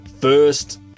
first